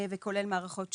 וכולל מערכות צ'ילרים.